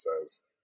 says